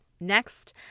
Next